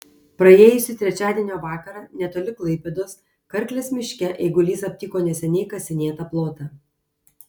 praėjusį trečiadienio vakarą netoli klaipėdos karklės miške eigulys aptiko neseniai kasinėtą plotą